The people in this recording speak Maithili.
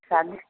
शादी